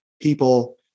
people